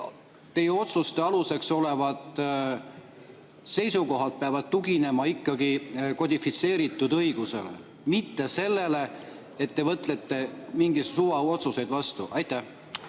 Teie otsuse aluseks olevad seisukohad peavad tuginema ikkagi kodifitseeritud õigusele, mitte sellele, et te võtate mingeid suvaotsuseid vastu. Aitäh,